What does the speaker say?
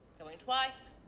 going twice.